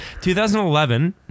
2011